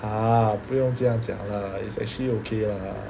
!huh! 不用这样讲 lah it's actually okay lah